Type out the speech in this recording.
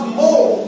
more